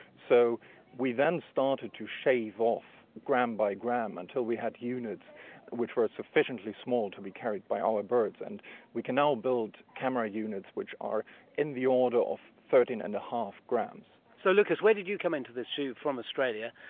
so we then started to shave off gram by gram until we had units which were sufficiently small to be carried by our birds. and we can now build camera units which are in the order of thirteen. and five grams. so lucas where did you come into this? you're from australia.